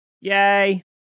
Yay